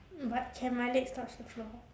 but can my legs touch the floor